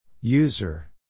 User